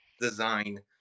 design